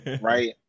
right